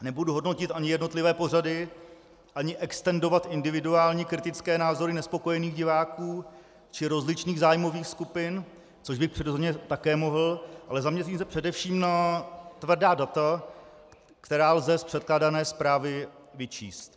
Nebudu hodnotit ani jednotlivé pořady ani extendovat individuální kritické názory nespokojených diváků či rozličných zájmových skupin, což bych přirozeně také mohl, ale zaměřím se především na tvrdá data, která lze z předkládané zprávy vyčíst.